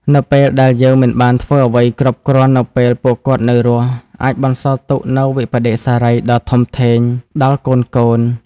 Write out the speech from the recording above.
នៅពេលដែលយើងមិនបានធ្វើអ្វីគ្រប់គ្រាន់នៅពេលពួកគាត់នៅរស់ អាចបន្សល់ទុកនូវវិប្បដិសារីដ៏ធំធេងដល់កូនៗ។